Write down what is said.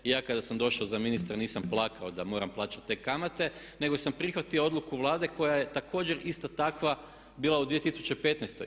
Ja kada sam došao za ministra nisam plakao da moram plaćati te kamate nego sam prihvatio odluku Vlade koja je također isto takva bila u 2015.